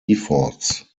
efforts